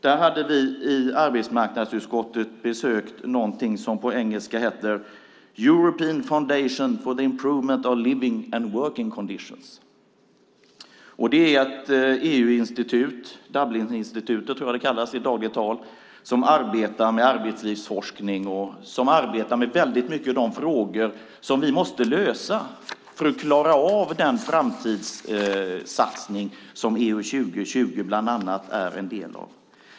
Där besökte vi i arbetsmarknadsutskottet European Foundation for the Improvement of Living and Working Conditions. Det är ett EU-institut - det kallas Dublininstitutet i dagligt tal - som arbetar med arbetslivsforskning och de frågor som vi måste lösa för att klara av den framtidssatsning som EU 2020 är en del av.